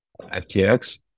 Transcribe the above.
FTX